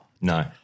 no